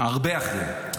הרבה אחרי.